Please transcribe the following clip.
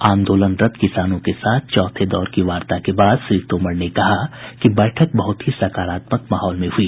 आंदोलनरत किसानों के साथ चौथे दौर की वार्ता के बाद श्री तोमर ने कहा कि बैठक बहुत ही सकारात्मक माहौल में हुई